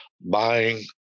buying